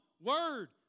word